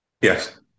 Yes